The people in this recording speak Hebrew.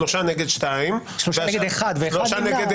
שלושה נגד שניים --- שלושה נגד אחד,